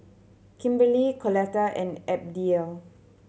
Kimberly Coletta and Abdiel